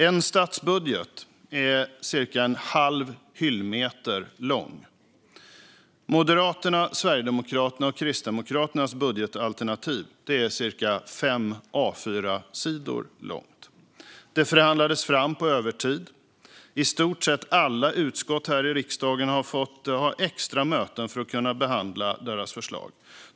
En statsbudget är cirka en halv hyllmeter lång. Moderaternas, Sverigedemokraternas och Kristdemokraternas budgetalternativ är cirka fem A4-sidor långt. Det förhandlades fram på övertid. I stort sett alla utskott här i riksdagen har fått ha extra möten för att kunna behandla deras förslag.